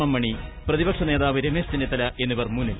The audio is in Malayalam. എം മണി പ്രതിപക്ഷ നേതാവ് രമേശ് ചെന്നിത്തല എന്നിവർ മുന്നിൽ